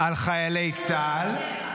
על חיילי צה"ל,